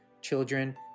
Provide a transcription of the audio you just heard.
children